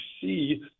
see